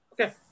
Okay